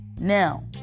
Now